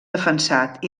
defensat